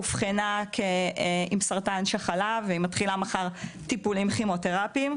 אובחנה עם סרטן שחלה והיא מתחילה מחר עם טיפולים כימותרפיים,